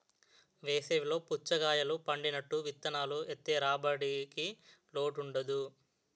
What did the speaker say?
వేసవి లో పుచ్చకాయలు పండినట్టు విత్తనాలు ఏత్తె రాబడికి లోటుండదు